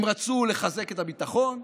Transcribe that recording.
הן רצו לחזק את הביטחון,